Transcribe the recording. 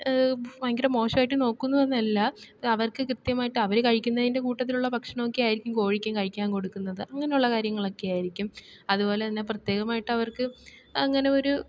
ഭയങ്കര മോശമായിട്ട് നോക്കുന്നു എന്നല്ല അവർക്ക് കൃത്യമായിട്ട് അവർ കഴിക്കുന്നതിൻ്റെ കൂട്ടത്തിലുള്ള ഭക്ഷണം ഒക്കെ ആയിരിക്കും കോഴിക്കും കഴിക്കാൻ കൊടുക്കുന്നത് അങ്ങനെയുള്ള കാര്യങ്ങളൊക്കെയായിരിക്കും അതുപോലെ തന്നെ പ്രത്യേകമായിട്ട് അവർക്ക് അങ്ങനെ ഒരു